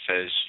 says